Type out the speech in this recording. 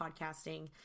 podcasting